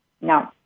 no